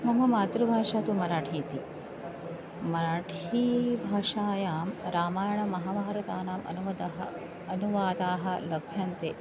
मम मातृभाषा तु मराठी इति मराठीभाषायां रामायणमहाभारतानाम् अनुवदः अनुवादाः लभ्यन्ते